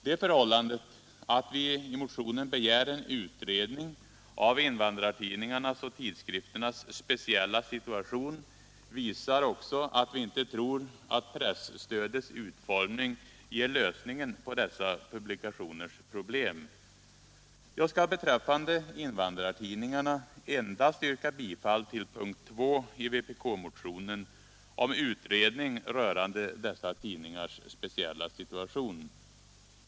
Det förhållandet att vi i motionen begär en utredning av invandrartidningarnas och tidskrifternas speciella situation visar att vi inte tror att presstödets utformning ger lösningen på dessa publikationers problem. Jag skall beträffande invandrartidningarna endast yrka bifall till punkten 2 i vpk-motionen om utredning rörande dessa tidningars speciella situation.